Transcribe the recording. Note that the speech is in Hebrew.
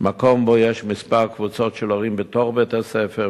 במקום שבו יש כמה קבוצות של הורים בתוך בית-הספר,